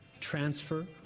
transfer